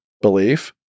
belief